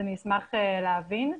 נשמח להבין.